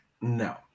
no